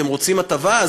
אתם רוצים הטבה?